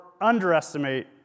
underestimate